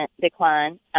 decline